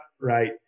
right